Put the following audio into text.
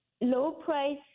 low-price